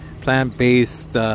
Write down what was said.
plant-based